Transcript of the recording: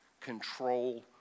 control